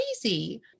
crazy